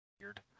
weird